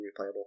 replayable